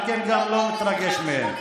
על כן, אני לא מתרגש מהן.